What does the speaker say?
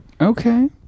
Okay